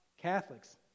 Catholics